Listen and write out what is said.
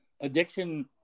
addiction